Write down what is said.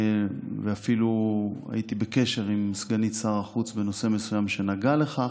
ואפילו הייתי בקשר עם סגנית שר החוץ בנושא מסוים שנגע לכך.